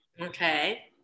Okay